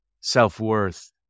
self-worth